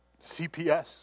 CPS